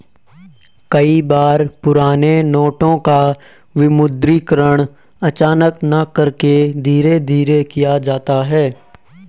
कई बार पुराने नोटों का विमुद्रीकरण अचानक न करके धीरे धीरे किया जाता है